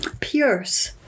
pierce